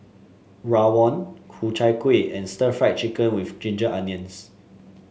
rawon Ku Chai Kueh and Stir Fried Chicken with Ginger Onions